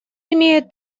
имеет